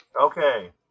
Okay